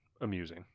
amusing